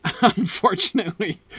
unfortunately